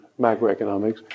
macroeconomics